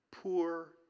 poor